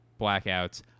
blackouts